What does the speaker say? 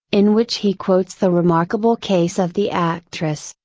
in which he quotes the remarkable case of the actress,